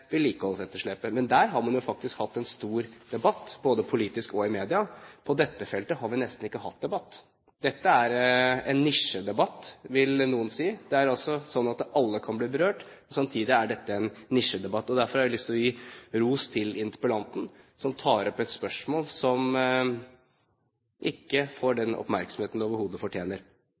vedlikeholdsetterslepet. Men der har man jo faktisk hatt en stor debatt, både politisk og i media. På dette feltet har vi nesten ikke hatt debatt. Dette er en nisjedebatt, vil noen si. Alle kan bli berørt, men samtidig er dette en nisjedebatt. Derfor har jeg lyst til å gi ros til interpellanten, som tar opp et spørsmål som overhodet ikke får den oppmerksomheten det fortjener.